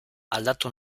aldatu